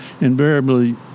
invariably